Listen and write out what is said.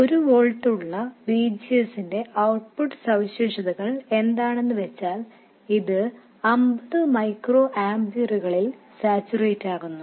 ഒരു വോൾട്ട് ഉള്ള VGS ന്റെ ഔട്ട്പുട്ട് സവിശേഷതകൾ എന്താണെന്നു വെച്ചാൽ ഇത് 50 മൈക്രോ ആമ്പിയറുകളിൽ സാച്ചുറേറ്റാകുന്നു